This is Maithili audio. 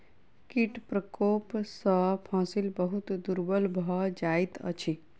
कीट प्रकोप सॅ फसिल बहुत दुर्बल भ जाइत अछि